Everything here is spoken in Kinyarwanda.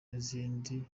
n’izindi